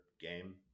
game